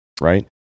right